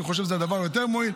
אני חושב שזה דבר יותר מועיל.